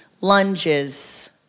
lunges